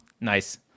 nice